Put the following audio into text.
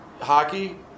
hockey